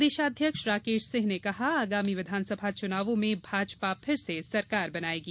प्रदेशाध्यक्ष राकेश सिंह ने कहा आगामी विधानसभा चुनावों में भाजपा फिर से सरकार बनाएगी